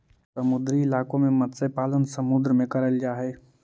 समुद्री इलाकों में मत्स्य पालन समुद्र में करल जा हई